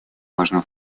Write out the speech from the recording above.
важным